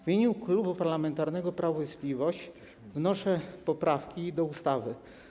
W imieniu Klubu Parlamentarnego Prawo i Sprawiedliwość wnoszę poprawki do ustawy.